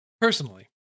personally